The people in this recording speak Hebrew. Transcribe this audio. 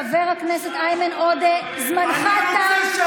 חבר הכנסת עודה, אתה מסיים, בבקשה?